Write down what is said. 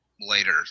later